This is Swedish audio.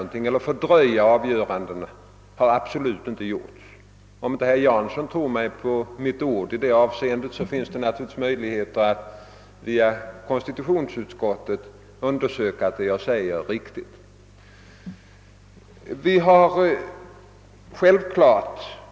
Om herr Jansson inte tror mig på mitt ord i detta avseende, har han naturligtvis möjlig het att via konstitutionsutskottet undersöka om det jag säger är riktigt.